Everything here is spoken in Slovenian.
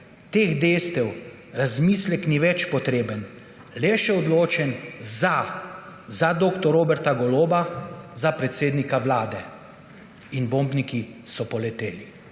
teh dejstev razmislek ni več potreben, le še odločen »za« za dr. Roberta Goloba za predsednika Vlade. In bombniki so poleteli.